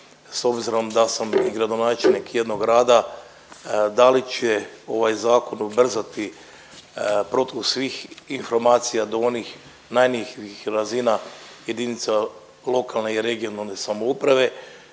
s obzirom da sam i gradonačelnik jednog grada. Da li će ovaj zakon ubrzati protok svih informacija do onih najmanjih razina jedinica lokalne i regionalne samouprave,